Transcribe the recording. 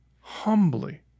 humbly